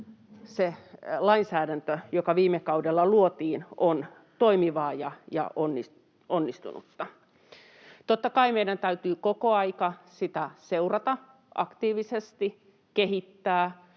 lainsäädäntö, joka viime kaudella luotiin, on toimivaa ja onnistunutta. Totta kai meidän täytyy koko aika sitä seurata aktiivisesti, kehittää